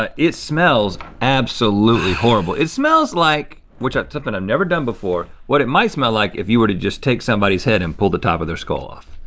ah it smells absolutely horrible. it smells like, which something i've never done before, what it would smell like if you were to just take somebody's head and pull the top of their skull off.